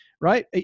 right